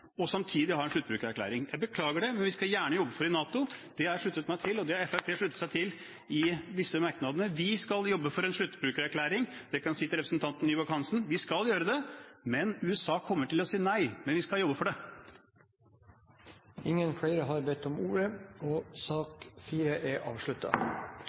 og samtidig ha en sluttbrukererklæring. Jeg beklager det. Vi skal gjerne jobbe for det i NATO. Det har jeg sluttet meg til og det har Fremskrittspartiet sluttet seg til i disse merknadene, at vi skal jobbe for en sluttbrukererklæring. Det kan jeg si til representantene Nybakk og Hansen: Vi skal gjøre det, vi skal jobbe for det, men USA kommer til å si nei. Flere har ikke bedt om ordet